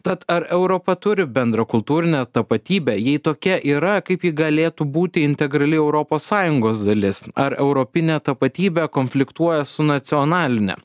tad ar europa turi bendrą kultūrinę tapatybę jei tokia yra kaip ji galėtų būti integrali europos sąjungos dalis ar europinė tapatybė konfliktuoja su nacionaline